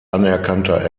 anerkannter